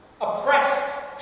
Oppressed